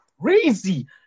crazy